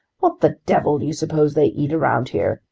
what the devil do you suppose they eat around here?